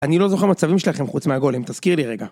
אני לא זוכר מצבים שלכם חוץ מהגולים, תזכיר לי רגע